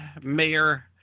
Mayor